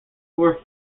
were